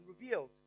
revealed